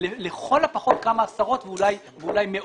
לכל הפחות כמה עשרות ואולי מאות.